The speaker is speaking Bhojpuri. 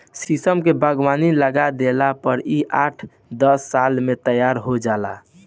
शीशम के बगवान लगा देला पर इ आठ दस साल में तैयार हो जाला